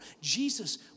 Jesus